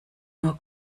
nur